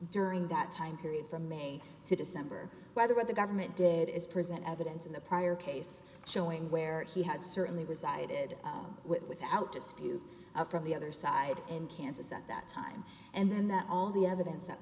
during that time period from me to december whether what the government did is present evidence in the prior case showing where he had certainly resided without dispute a from the other side in kansas at that time and then that all the evidence that